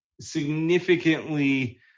significantly